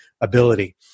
ability